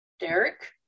Derek